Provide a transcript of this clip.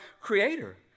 Creator